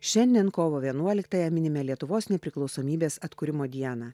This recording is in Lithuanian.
šiandien kovo vienuoliktąją minime lietuvos nepriklausomybės atkūrimo dieną